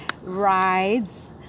rides